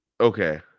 Okay